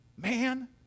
Man